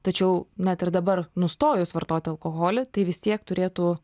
tačiau net ir dabar nustojus vartoti alkoholį tai vis tiek turėtų